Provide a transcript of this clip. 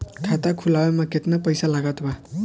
खाता खुलावे म केतना पईसा लागत बा?